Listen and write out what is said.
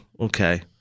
okay